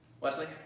Wesley